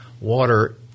water